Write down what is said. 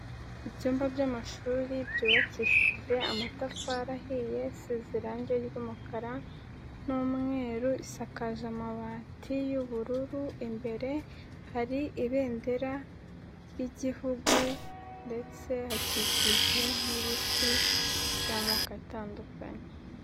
Ibyumba by'amashuri byubakishije amatafari ahiye, isize irange ry'umukara n'umweru, isakaje amabati y'ubururu, imbere hari ibendera ry'Igihugu ndetse hakikijwe n'ibiti by'amoko atandukanye.